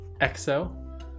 EXO